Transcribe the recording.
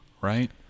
right